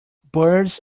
birds